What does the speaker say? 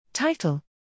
Title